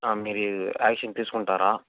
మీరు యాక్షన్ తీసుకుంటారా